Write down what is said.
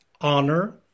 honor